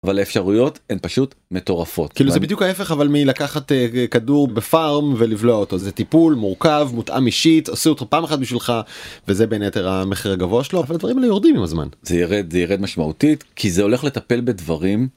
אבל האפשרויות הן פשוט מטורפות. כאילו זה בדיוק ההפך אבל מלקחת כדור בפארם ולבלוע אותו. זה טיפול מורכב, מותאם אישית, עשו אותו פעם אחת בשבילך, וזה בין היתר המחיר הגבוה שלו, אבל הדברים האלה יורדים עם הזמן. זה ירד, זה ירד משמעותית, כי זה הולך לטפל בדברים...